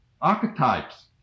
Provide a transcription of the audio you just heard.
archetypes